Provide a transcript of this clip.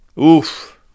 Oof